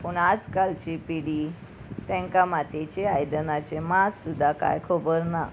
पूण आज कालची पिडी तेंकां मातयेची आयदनाचे मात सुद्दां कांय खबर ना